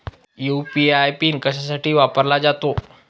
UPI pin कशासाठी वापरला जातो?